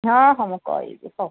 ହଁ ହଁ ମୁଁ କହିବି ହଉ